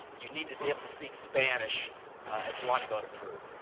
you need to be able to speak spanish if you want to go to peru.